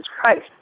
Christ